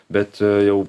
bet jau